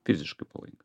fiziškai pavojinga